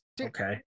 Okay